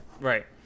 Right